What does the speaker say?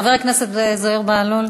חבר הכנסת זוהיר בהלול.